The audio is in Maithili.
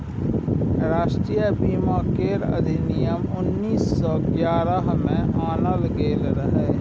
राष्ट्रीय बीमा केर अधिनियम उन्नीस सौ ग्यारह में आनल गेल रहे